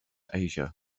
asia